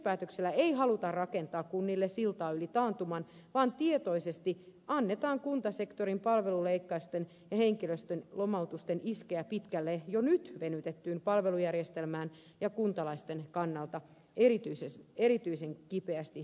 kehyspäätöksellä ei haluta rakentaa kunnille siltaa yli taantuman vaan tietoisesti annetaan kuntasektorin palveluleikkausten ja henkilöstön lomautusten iskeä pitkälle jo nyt venytettyyn palvelujärjestelmään ja kuntalaisten kannalta erityisen kipeästi sattuviin hyvinvointileikkauksiin